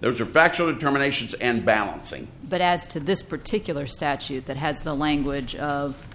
those are factual determinations and balancing but as to this particular statute that has the language of